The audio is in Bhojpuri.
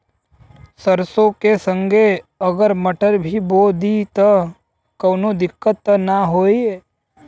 सरसो के संगे अगर मटर भी बो दी त कवनो दिक्कत त ना होय?